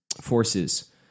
forces